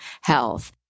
Health